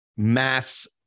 mass